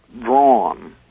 drawn